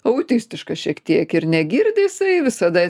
autistiškas šiek tiek ir negirdi jisai visada